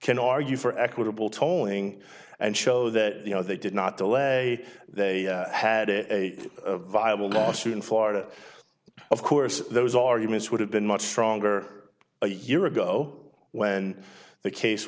can argue for equitable tolling and show that you know they did not delay they had a viable lawsuit in florida of course those arguments would have been much stronger a year ago when the case